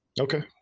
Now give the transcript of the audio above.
Okay